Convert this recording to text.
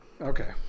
Okay